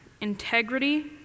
integrity